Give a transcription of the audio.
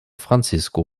francisco